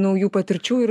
naujų patirčių ir